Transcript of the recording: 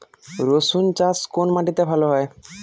রুসুন চাষ কোন মাটিতে ভালো হয়?